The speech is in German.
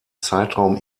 zeitraum